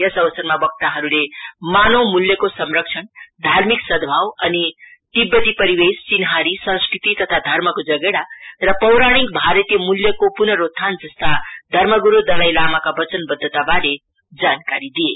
यस अवसरमा वक्ताहरूले मानव मूल्यको संरक्षण धार्मिक सहभाव अनि तिब्बती परिवेश चिन्हारी सस्कृति तथा धर्मको जगेड़ा र पौराणिक भारतीय मूल्यको पुनरोत्थान जस्ता धर्मगुरू दलाई लामाका बचनबद्धताबारे जानकारी दिए